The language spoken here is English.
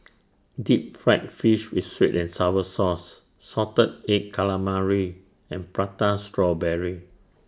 Deep Fried Fish with Sweet and Sour Sauce Salted Egg Calamari and Prata Strawberry